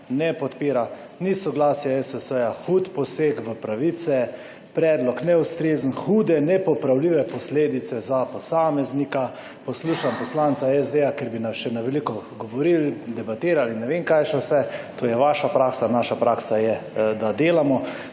ne podpira. Ni soglasja ESS. Hud poseg v pravice. Predlog neustrezen. Hude nepopravljive posledice za posameznika. Poslušam poslanca SD, ker bi nam še na veliko govorili in debatirali in ne vem, kaj še vse. To je vaša praksa. Naša praksa je, da delamo.